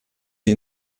sie